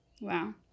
Wow